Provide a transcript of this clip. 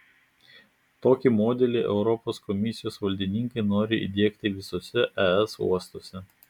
tokį modelį europos komisijos valdininkai nori įdiegti visuose es uostuose